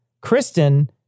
Kristen